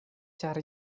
ĉar